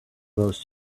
those